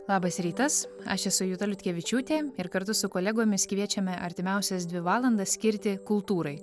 labas rytas aš esu juta liutkevičiūtė ir kartu su kolegomis kviečiame artimiausias dvi valandas skirti kultūrai